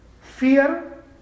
fear